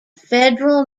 federal